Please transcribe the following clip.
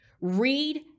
read